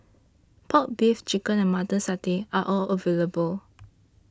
Pork Beef Chicken and Mutton Satay are all available